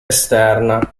esterna